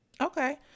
Okay